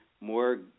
more